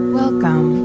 welcome